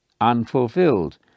unfulfilled